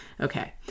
okay